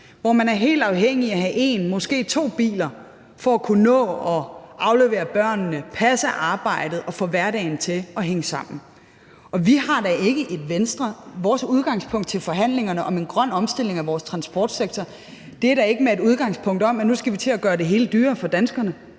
De er helt afhængige af at have en, måske to biler for at kunne nå at aflevere børnene, passe arbejdet og få hverdagen til at hænge sammen. Og vores udgangspunkt i Venstre til forhandlingerne om en grøn omstilling af vores transportsektor er da ikke, at vi nu skal til at gøre det hele dyrere for danskerne.